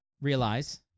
realize